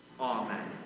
Amen